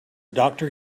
doctor